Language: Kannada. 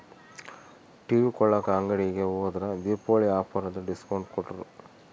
ಟಿವಿ ಕೊಳ್ಳಾಕ ಅಂಗಡಿಗೆ ಹೋದ್ರ ದೀಪಾವಳಿ ಆಫರ್ ಅಂತ ಡಿಸ್ಕೌಂಟ್ ಕೊಟ್ರು